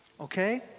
Okay